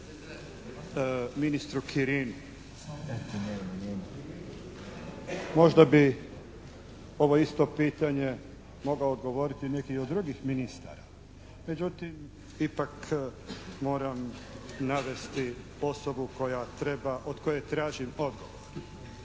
ministru Kirinu. Možda bi ovo isto pitanje mogao odgovoriti neki od drugih ministara, međutim ipak moram navesti osobu koja treba, od koje tražim odgovor.